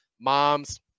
Moms